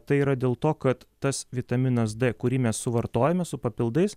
tai yra dėl to kad tas vitaminas d kurį mes suvartojame su papildais